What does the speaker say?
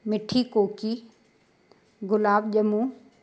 मिठा कोकी गुलाब ॼमूं